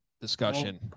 discussion